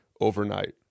overnight